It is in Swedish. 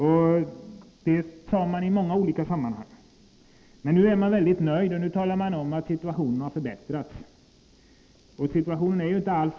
Det sade socialdemokraterna i många olika sammanhang, men nu är man mycket nöjd och nu talar man om att situationen har förbättrats. Men så är det inte alls.